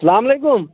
السلام علیکُم